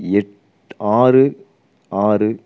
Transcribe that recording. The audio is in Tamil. ஆறு ஆறு